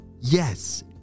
Yes